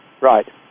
Right